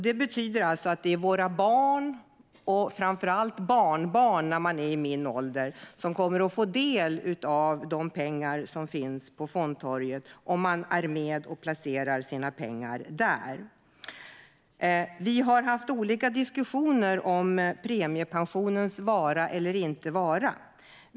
Det betyder att det är våra barn, och framför allt barnbarn när man är i min ålder, som kommer att få del av de pengar som finns på fondtorget om man är med och placerar sina pengar där. Vi har haft olika diskussioner om premiepensionens vara eller inte vara.